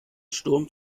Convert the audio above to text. sturm